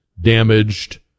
damaged